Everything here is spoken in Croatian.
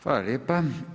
Hvala lijepo.